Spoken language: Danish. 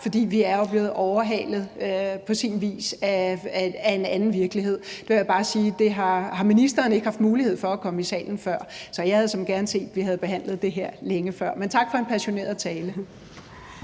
for vi er jo blevet overhalet på sin vis af en anden virkelighed. Jeg vil bare sige, at ministeren ikke har haft mulighed for at komme i salen før. Så jeg havde såmænd gerne set, at vi havde behandlet det her længe før. Men tak for en passioneret tale.